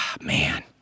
man